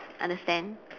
understand